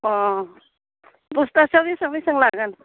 अ बस्थासेयाव बेसां बेसां लागोन